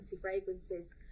fragrances